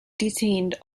detained